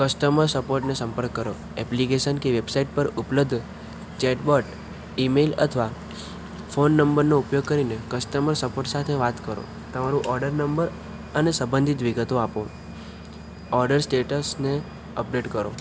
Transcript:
customer સપોર્ટનો સંપર્ક કરો એપ્લિકેશન કે વેબસાઈટ પર ઉપલબ્ધ ચેટબોટ ઈમેલ અથવા ફોન નંબરનો ઉપયોગ કરીને કસ્ટમર સપોર્ટ સાથે વાત કરો તમારો ઓર્ડર નંબર અને સંબંધિત વિગતો આપો ઓર્ડર સ્ટેટસને અપડેટ કરો